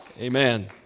Amen